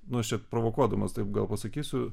nu aš čia provokuodamas taip gal pasakysiu